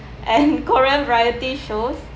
and korean variety shows